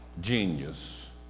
genius